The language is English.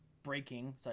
breaking